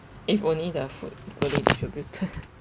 if only the food should return